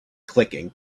clicking